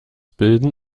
bilden